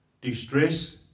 distress